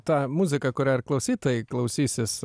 tą muziką kurią ir klausytojai klausysis